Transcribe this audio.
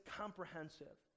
comprehensive